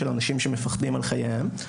של אנשים שמפחדים על חייהם.